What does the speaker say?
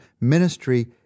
Ministry